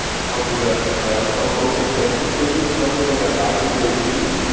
something that i have some emotional connection to, something that i would go see,